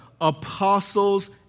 apostles